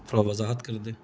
تھوڑا وضاحت کر دیں